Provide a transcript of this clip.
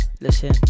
Listen